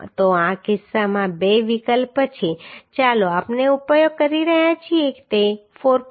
તો આ કિસ્સામાં બે વિકલ્પ છે ચાલો આપણે ઉપયોગ કરી રહ્યા છીએ તે 4